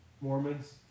Mormons